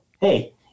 hey